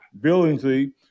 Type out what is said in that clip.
Billingsley